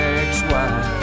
ex-wife